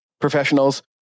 professionals